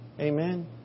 Amen